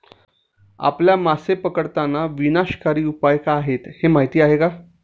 आपल्या मासे पकडताना विनाशकारी उपाय काय आहेत हे माहीत आहे का?